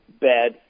bad